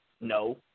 No